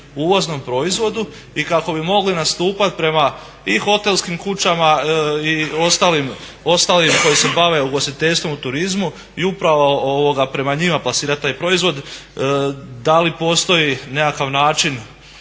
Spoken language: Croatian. uvoznom proizvodu i kako bi mogli nastupati i prema hotelskim kućama i ostalim koji se bave ugostiteljstvom u turizmu i upravo prema njima plasirati taj proizvod. Da li postoji neki način